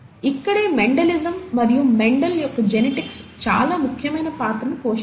ఇక్కడే మెండెలిజం మరియు మెండెల్ యొక్క జెనెటిక్స్ చాలా ముఖ్యమైన పాత్ర పోషిస్తుంది